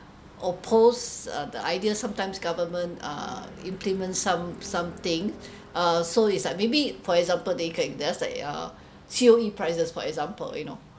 the idea sometimes government uh implement some something uh so it's like maybe for example they could just like uh C_O_E prices for example you know